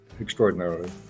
extraordinarily